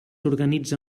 organitza